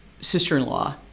sister-in-law